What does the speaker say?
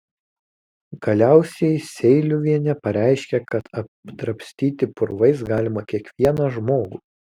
galiausiai seiliuvienė pareiškė kad apdrabstyti purvais galima kiekvieną žmogų